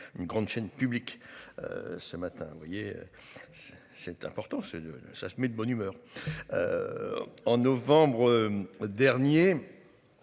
une grande chaîne publique. Ce matin, vous voyez. C'est important, c'est le ça se met de bonne humeur. En novembre. Dernier.